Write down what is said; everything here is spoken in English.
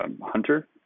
hunter